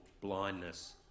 blindness